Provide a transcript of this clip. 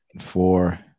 four